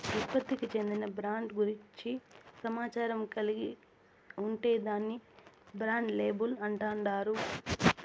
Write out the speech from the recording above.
ఉత్పత్తికి చెందిన బ్రాండ్ గూర్చి సమాచారం కలిగి ఉంటే దాన్ని బ్రాండ్ లేబుల్ అంటాండారు